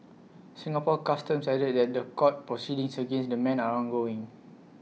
Singapore Customs added that court proceedings against the men are ongoing